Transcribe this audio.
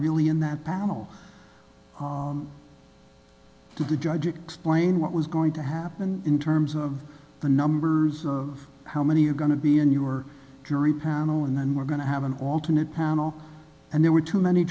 really in that powell to the judge explain what was going to happen in terms of the numbers how many are going to be in your jury panel and then we're going to have an alternate panel and there were too many